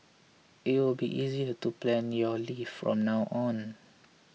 it will be easier to plan your leave from now on